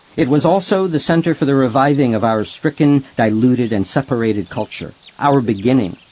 it was also the centre for the reviving of our stricken, diluted and separated culture. our beginning.